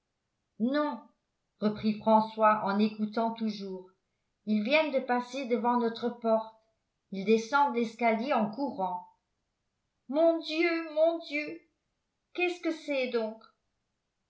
non reprit françois en écoutant toujours ils viennent de passer devant notre porte ils descendent l'escalier en courant mon dieu mon dieu qu'est-ce que c'est donc